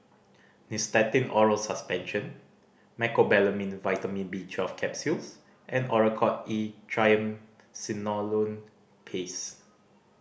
Nystatin Oral Suspension Mecobalamin Vitamin B Twelve Capsules and Oracort E Triamcinolone Paste